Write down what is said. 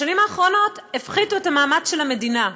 בשנים האחרונות הפחיתו את המאמץ של המדינה.